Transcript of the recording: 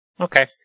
Okay